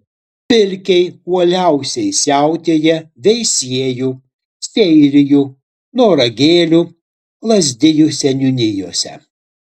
pilkiai uoliausiai siautėja veisiejų seirijų noragėlių lazdijų seniūnijose